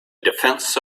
defense